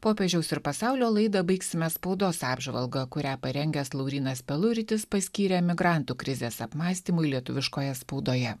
popiežiaus ir pasaulio laidą baigsime spaudos apžvalga kurią parengęs laurynas peluritis paskyrė migrantų krizės apmąstymui lietuviškoje spaudoje